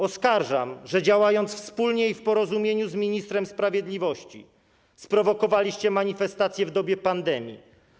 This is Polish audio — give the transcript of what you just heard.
Oskarżam, że działając wspólnie i w porozumieniu z ministrem sprawiedliwości, sprowokowaliście manifestacje w dobie pandemii.